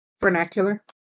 Vernacular